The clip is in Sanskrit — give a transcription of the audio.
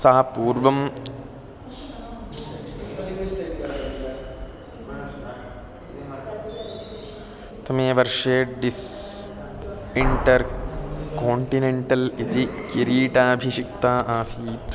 सा पूर्वं तमे वर्षे डिस् इण्टर् कोण्टिनेण्टल् इति किरीटाभिषिक्ता आसीत्